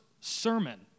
sermon